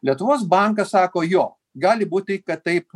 lietuvos bankas sako jo gali būti kad taip